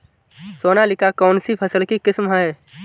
सोनालिका कौनसी फसल की किस्म है?